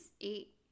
eight